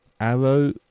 Arrow